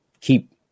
keep